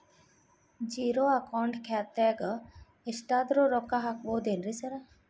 Zero account ಖಾತ್ಯಾಗ ಎಷ್ಟಾದ್ರೂ ರೊಕ್ಕ ಹಾಕ್ಬೋದೇನ್ರಿ ಸಾರ್?